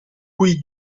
cui